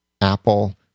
Apple